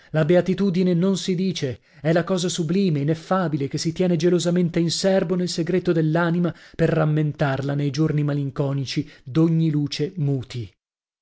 la beatitudine non si dice è la cosa sublime ineffabile che si tiene gelosamente in serbo nel segreto dell'anima per rammentarla nei giorni malinconici d'ogni luce muti